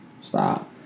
Stop